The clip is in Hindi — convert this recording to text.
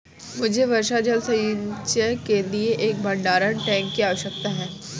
मुझे वर्षा जल संचयन के लिए एक भंडारण टैंक की आवश्यकता है